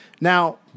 Now